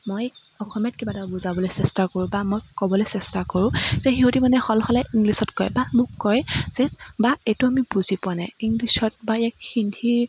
মই অসমীয়াত কিবা এটা বুজাবলৈ চেষ্টা কৰোঁ বা মই ক'বলৈ চেষ্টা কৰোঁ তেতিয়া সিহঁতি মানে শলশলাই ইংলিছত কয় বা মোক কয় যে বা এইটো আমি বুজি পোৱা নাই ইংলিছত বা ইয়াক হিন্দী